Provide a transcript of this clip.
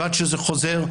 ועד שזה חוזר,